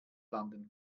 landen